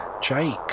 Jake